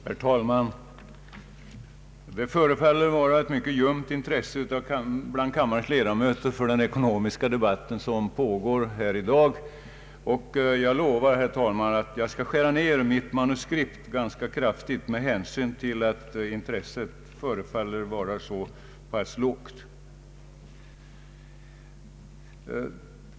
Herr talman! Det förefaller vara ett mycket ljumt intresse från kammarens ledamöter för den ekonomiska debatt som pågår här i dag. Jag lovar därför att skära ner mitt manuskript ganska kraftigt med hänsyn till att intresset förefaller vara så pass lågt.